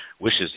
wishes